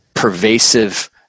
pervasive